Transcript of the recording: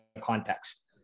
context